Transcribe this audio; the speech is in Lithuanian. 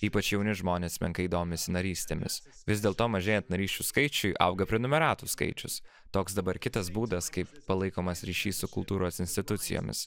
ypač jauni žmonės menkai domisi narystėmis vis dėl to mažėjant narysčių skaičiui auga prenumeratų skaičius toks dabar kitas būdas kaip palaikomas ryšys su kultūros institucijomis